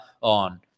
on